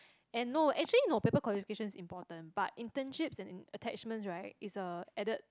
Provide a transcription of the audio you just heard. and no actually no paper qualification is important but internships and attachment right is uh added